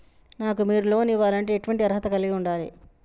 నాకు మీరు లోన్ ఇవ్వాలంటే ఎటువంటి అర్హత కలిగి వుండాలే?